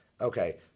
okay